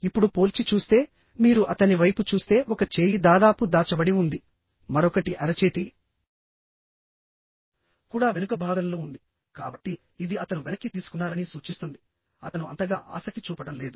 ఇప్పుడు పోల్చి చూస్తే మీరు అతని వైపు చూస్తే ఒక చేయి దాదాపు దాచబడి ఉంది మరొకటి అరచేతి కూడా వెనుక భాగంలో ఉంది కాబట్టి ఇది అతను వెనక్కి తీసుకున్నారని సూచిస్తుంది అతను అంతగా ఆసక్తి చూపడం లేదు